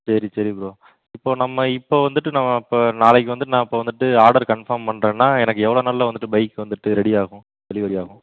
சரி சரி ப்ரோ இப்போ நம்ம இப்போ வந்துட்டு நான் இப்போ நாளைக்கு வந்து நான் இப்போ வந்துட்டு ஆர்டர் கன்ஃபார்ம் பண்ணுறன்னா எனக்கு எவ்வளோ நாள்ல வந்தட்டு பைக் வந்துட்டு ரெடி ஆகும் டெலிவரி ஆகும்